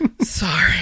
Sorry